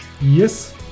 Yes